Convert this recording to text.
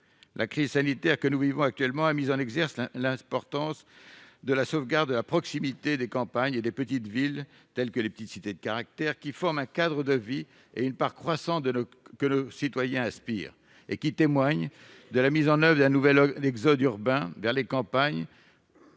La crise sanitaire que nous vivons actuellement a mis en exergue l'importance de la sauvegarde du patrimoine de proximité, des campagnes et des petites villes, telles que les petites cités de caractère, qui forment un cadre de vie dans lequel une part croissante de nos concitoyens aspirent à vivre. Un nouvel exode urbain vers les campagnes